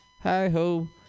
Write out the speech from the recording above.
Hi-ho